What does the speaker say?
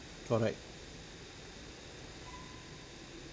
correct